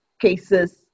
cases